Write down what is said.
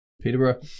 peterborough